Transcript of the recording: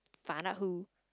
find out who